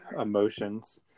emotions